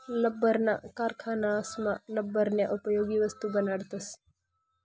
लब्बरना कारखानासमा लब्बरन्या उपयोगी वस्तू बनाडतस